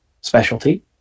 specialty